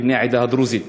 כבני העדה הדרוזית.